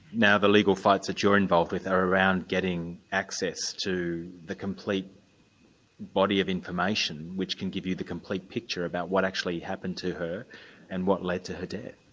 now the legal fights that you're involved with are around getting access to the complete body of information, which can give you the complete picture about what actually happened to her and what led to her death?